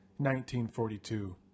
1942